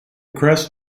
crest